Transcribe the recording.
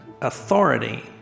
authority